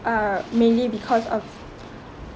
uh mainly because of